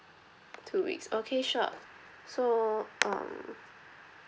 two weeks okay sure so um